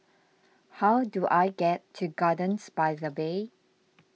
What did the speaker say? how do I get to Gardens by the Bay